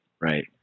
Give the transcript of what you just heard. Right